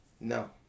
No